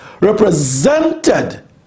represented